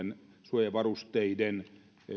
suojavarusteiden